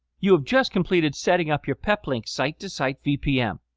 you have just completed setting up your peplink site to site vpn,